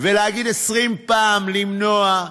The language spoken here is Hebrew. ולהגיד 20 פעם "למנוע"